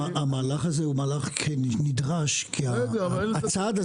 המהלך הזה הוא מהלך נדרש כי גם הצעד הזה